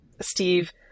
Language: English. Steve